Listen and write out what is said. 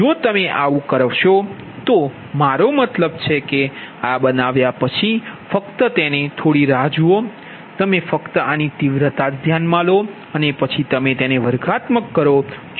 તેથી જો તમે આવું કરો છો તો મારો મતલબ કે આ બનાવ્યા પછી ફક્ત તેને પકડી રાખો તમે ફક્ત આની તીવ્રતા લો અને પછી તમે તેને વર્ગાત્મક કરો